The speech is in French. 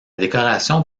décoration